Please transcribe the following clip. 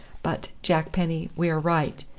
but, jack penny, we are right.